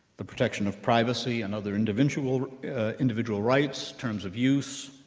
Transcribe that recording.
the protection of privacy, and other individual individual rights, terms of use,